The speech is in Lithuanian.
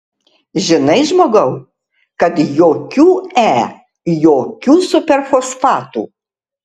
žinai žmogau kad jokių e jokių superfosfatų